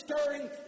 stirring